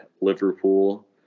Liverpool